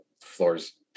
floors